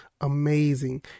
amazing